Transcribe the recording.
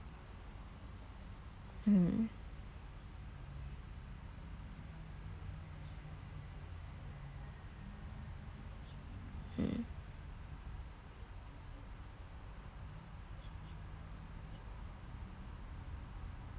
mm mm